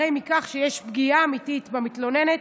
הרי בכך יש פגיעה אמיתית במתלוננת,